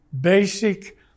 basic